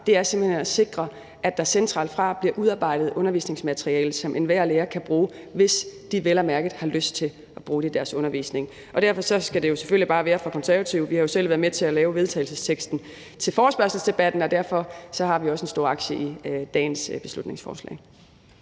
er simpelt hen at sikre, at der fra centralt hold bliver udarbejdet undervisningsmateriale, som enhver lærer kan bruge, hvis de vel at mærke har lyst til at bruge det i deres undervisning. Konservative har jo selv været med til at lave vedtagelsesteksten til forespørgselsdebatten, og derfor har vi også en stor aktie i dagens beslutningsforslag.